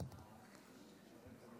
חברת הכנסת